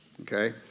okay